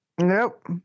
nope